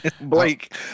Blake